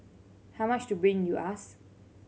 how much to bring you ask